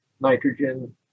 nitrogen